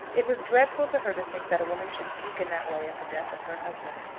it was dreadful to her to think that a woman should speak in that way of the death of her husband.